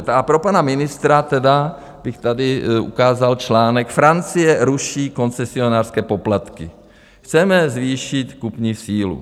A pro pana ministra bych tady ukázal článek: Francie ruší koncesionářské poplatky, chceme zvýšit kupní sílu.